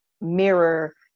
mirror